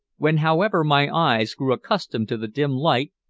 when, however, my eyes grew accustomed to the dim light,